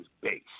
base